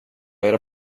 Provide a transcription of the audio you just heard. era